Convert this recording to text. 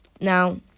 now